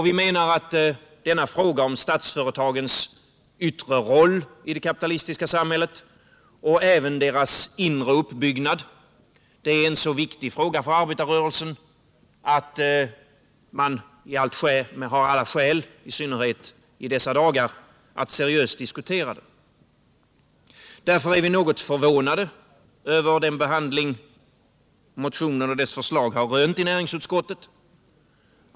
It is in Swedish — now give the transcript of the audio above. Vi menar att denna fråga om statsföretagens yttre roll i det kapitalistiska samhället och även deras inre uppbyggnad är en så viktig fråga för arbetarrörelsen att man har alla skäl, i synnerhet i dessa dagar, att seriöst diskutera den. Därför är vi något förvånade över den behandling som motionen och dess förslag har rönt i näringsutskottet.